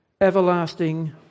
everlasting